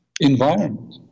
environment